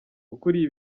ukuriye